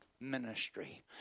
ministry